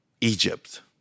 Egypt